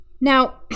now